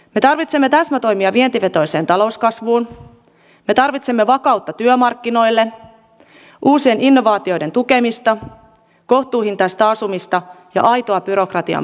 me tarvitsemme täsmätoimia vientivetoiseen talouskasvuun me tarvitsemme vakautta työmarkkinoille uusien innovaatioiden tukemista kohtuuhintaista asumista ja aitoa byrokratian purkua